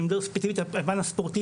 ואני מדבר ספציפית על הפן הספורטיבי,